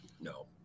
no